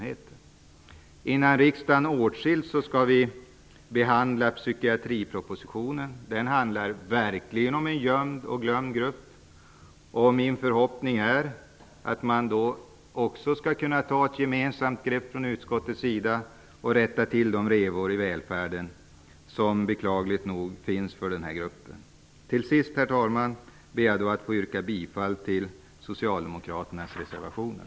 Vi skall innan riksdagen åtskiljs behandla psykiatripropositionen. Den handlar verkligen om en gömd och glömd grupp. Min förhoppning är att utskottet då också skall kunna ta ett gemensamt grepp för att rätta till de revor i välfärden som beklagligt nog finns för denna grupp. Till sist, herr talman, ber jag att få yrka bifall till socialdemokraternas reservationer.